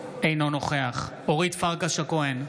אינו נוכח אורית פרקש הכהן,